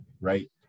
right